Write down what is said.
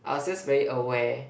I was just very aware